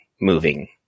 moving